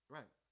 Right